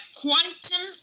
quantum